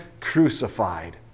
crucified